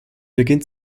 beginnt